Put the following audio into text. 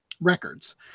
records